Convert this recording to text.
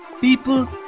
People